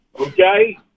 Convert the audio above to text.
okay